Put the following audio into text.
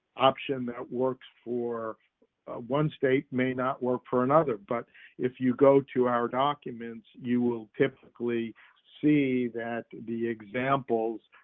option that works for a one state may not work for another, but if you go to our documents, you will typically see that the examples